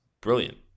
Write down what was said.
brilliant